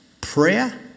Prayer